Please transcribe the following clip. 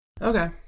Okay